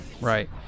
Right